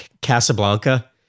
Casablanca